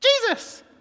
Jesus